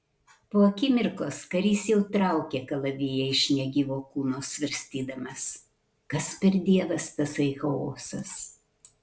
po akimirkos karys jau traukė kalaviją iš negyvo kūno svarstydamas kas per dievas tasai chaosas